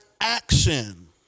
action